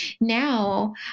now